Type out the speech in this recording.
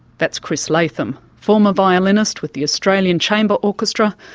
that's chris latham, former violinist with the australian chamber orchestra,